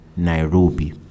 nairobi